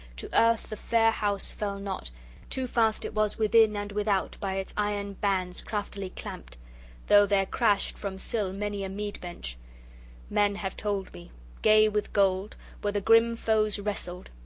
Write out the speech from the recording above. to earth the fair house fell not too fast it was within and without by its iron bands craftily clamped though there crashed from sill many a mead-bench men have told me gay with gold, where the grim foes wrestled.